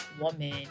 woman